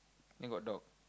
then got dog